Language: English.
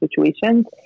situations